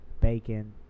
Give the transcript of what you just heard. bacon